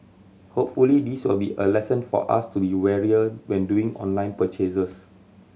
hopefully this will be a lesson for us to be warier when doing online purchases